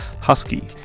Husky